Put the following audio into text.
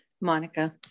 Monica